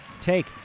take